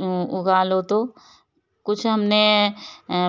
उगा लो तो कुछ हमने